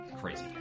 crazy